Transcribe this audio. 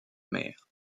mer